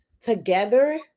together